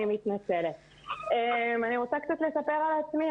אני רוצה קצת לספר על עצמי.